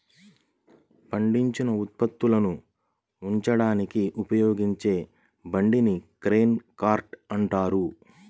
పండించిన ఉత్పత్తులను ఉంచడానికి ఉపయోగించే బండిని గ్రెయిన్ కార్ట్ అంటారు